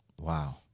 Wow